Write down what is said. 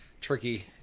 Tricky